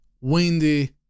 windy